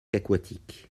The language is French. aquatique